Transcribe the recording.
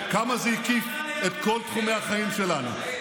כמה זה הקיף את כל תחומי החיים שלנו,